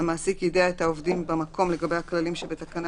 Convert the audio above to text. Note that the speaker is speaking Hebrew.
המעסיק יידע את העובדים במקום לגבי הכללים שבתקנה